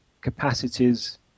capacities